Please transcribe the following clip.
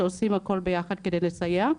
שעושים הכל ביחד כדי לסייע,